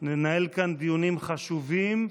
ננהל כאן דיונים חשובים,